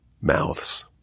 mouths